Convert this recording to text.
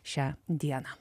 šią dieną